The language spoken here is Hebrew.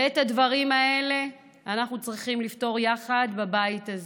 את הדברים האלה אנחנו צריכים לפתור יחד בבית הזה,